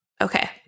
Okay